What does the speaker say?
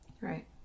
Right